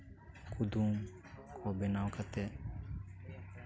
ᱠᱩᱫᱩᱢ ᱠᱚ ᱵᱮᱱᱟᱣ ᱠᱟᱛᱮᱫ